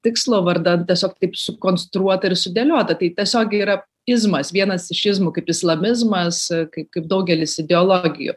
tikslo vardan tiesiog taip sukonstruota ir sudėliota tai tiesiogiai yra izmas vienas iš izmų kaip islamizmas kaip kaip daugelis ideologijų